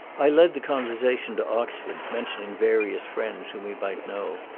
i led the conversation to ox ford, mentioning various friends whom he might know,